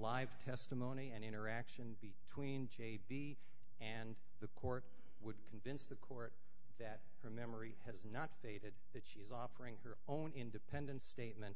live testimony and interaction between j b and the court would convince the court that her memory has not faded that she's offering her own independent statement